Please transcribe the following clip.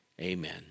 amen